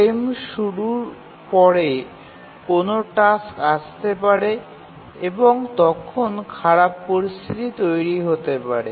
frame শুরুর পরে কোনও টাস্ক আসতে পারে এবং তখন খারাপ পরিস্থিতি তৈরি হতে পারে